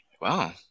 Wow